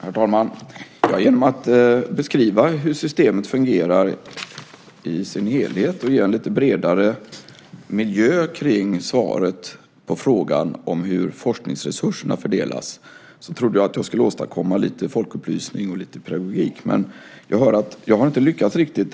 Herr talman! Genom att beskriva hur systemet fungerar i sin helhet och ge en bredare miljö kring svaret och frågan om hur forskningsresurserna fördelas trodde jag att jag åstadkom lite folkupplysning och pedagogik, men jag hör att jag inte har lyckats riktigt.